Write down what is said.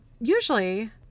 usually